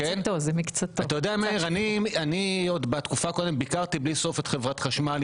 פה: בתקופה הקודמת אני ביקרתי בלי סוף את חברת החשמל,